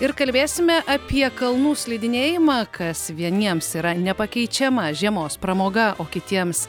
ir kalbėsime apie kalnų slidinėjimą kas vieniems yra nepakeičiama žiemos pramoga o kitiems